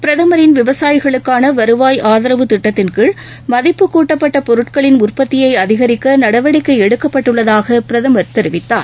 பிரதமரின் விவசாயிகளுக்கான வருவாய் ஆதரவு திட்டத்தின்கீழ் மதிப்புக் கூட்டப்பட்ட பொருட்களின் உற்பத்தியை அதிகரிக்க நடவடிக்கை எடுக்கப்பட்டுள்ளதாக பிரதமர் தெரிவித்தார்